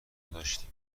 داشتیم